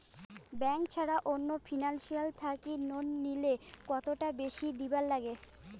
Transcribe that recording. Bank ছাড়া অন্য financial থাকি লোন নিলে কতটাকা বেশি দিবার নাগে?